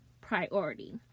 priority